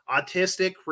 autistic